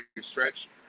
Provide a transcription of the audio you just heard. stretch